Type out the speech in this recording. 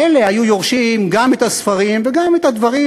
מילא היו יורשים גם את הספרים וגם את הדברים